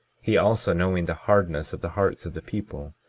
he, also knowing the hardness of the hearts of the people,